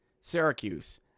Syracuse